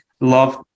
love